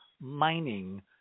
mining